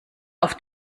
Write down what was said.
auf